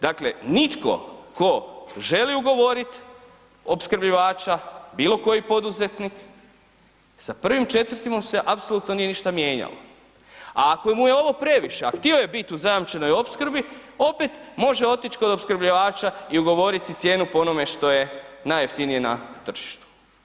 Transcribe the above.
Dakle nitko tko želi ugovorit opskrbljivača, bilokoji poduzetnik sa 1. 4. mu se apsolutno nije ništa mijenjalo a ako mu je ovo previše a htio je biti u zajamčenoj opskrbi, opet može otić kod opskrbljivača i ugovorit si cijenu po onome što je najjeftinije na tržištu.